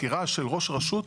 בחירה של ראש רשות,